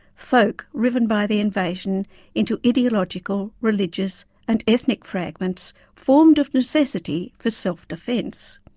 folk riven by the invasion into ideological, religious and ethnic fragments formed of necessity for self defence.